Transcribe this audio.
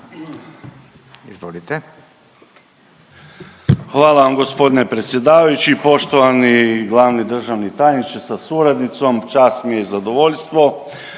Izvolite.